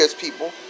people